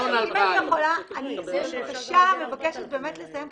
--- אם אפשר, אני מבקשת לסיים.